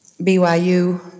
BYU